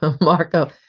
Marco